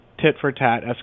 tit-for-tat